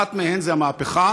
אחת מהן זו המהפכה